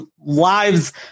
lives